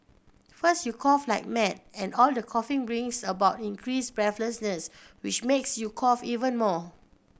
first you cough like mad and all the coughing brings about increased breathlessness which makes you cough even more